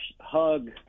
hug